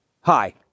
Hi